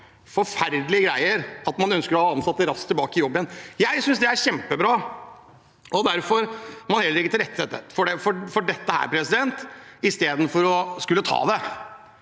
forferdelige greier at man ønsker å ha ansatte raskt tilbake i jobb. Jeg synes det er kjempebra, og derfor må vi legge til rette for dette istedenfor å skulle ta det.